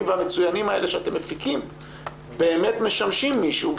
והמצוינים האלה שאתם מפיקים באמת משמשים מישהו.